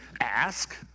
ask